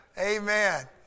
Amen